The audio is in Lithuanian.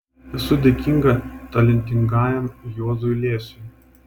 esu dėkinga talentingajam juozui liesiui